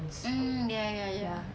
mm ya ya ya